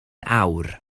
awr